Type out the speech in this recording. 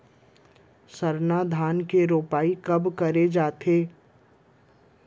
सरना धान के रोपाई कब करे जाथे?